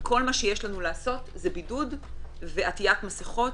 וכל מה שיש לנו לעשות זה בידוד ועטיית מסכות,